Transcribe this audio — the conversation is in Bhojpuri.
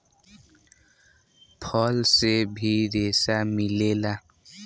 फल से भी रेसा मिलेला